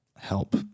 help